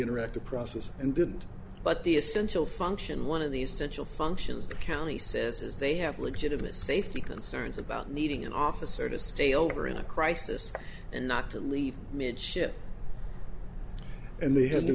interactive process and didn't but the essential function one of the essential functions the county says is they have legitimate safety concerns about needing an officer to stay over in a crisis and not to leave mid ship and they had to